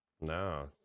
no